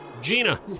Gina